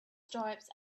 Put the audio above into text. stripes